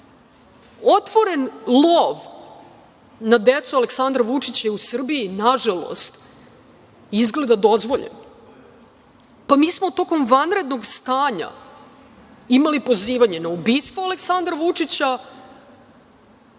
Otvoren lov na decu Aleksandra Vučića u Srbije je nažalost izgleda dozvoljen. Mi smo tokom vanrednog stanja imali pozivanje na ubistvo Aleksandra Vučića.